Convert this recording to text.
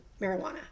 marijuana